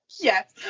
yes